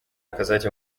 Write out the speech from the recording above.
оказать